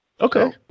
Okay